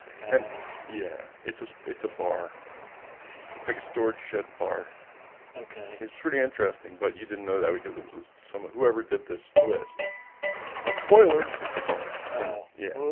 tennis yeah, it's a it's a bar it's like a storage shed bar okay, he's pretty interesting, but you didn't know that because it was someone who ever did this list said spoiler it's a bar. no yeah